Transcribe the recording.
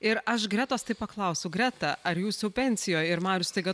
ir aš gretos taip paklausiau greta ar jūs jau pensijoj ir marius staiga